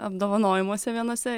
apdovanojimuose vienuose